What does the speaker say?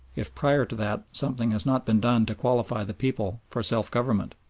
if prior to that something has not been done to qualify the people for self-government.